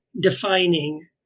defining